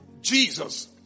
Jesus